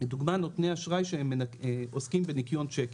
לדוגמה, נותני אשראי שעוסקים בניכיון צ'קים.